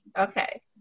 Okay